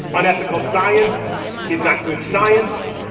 unethical science is not good science.